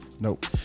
Nope